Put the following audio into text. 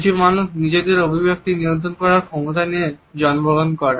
কিছু মানুষ নিজেদের অভিব্যক্তি নিয়ন্ত্রণ করার ক্ষমতা নিয়ে জন্মগ্রহণ করে